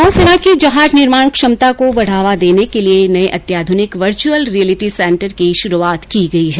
नौसेना की जहाज निर्माण क्षमता को बढ़ावा देने के लिए नये अत्याधुनिक वर्च्यअल रियलिटी सेंटर की शुरूआत की गई है